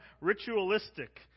ritualistic